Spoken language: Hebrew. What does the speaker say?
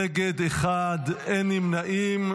נגד, אחד, אין נמנעים.